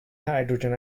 hydrogen